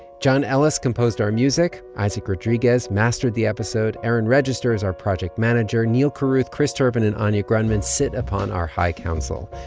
john ellis composed our music. isaac rodriguez mastered the episode. erin register is our project manager. neal carruth, chris turpin and anya grundmann sit upon our high council.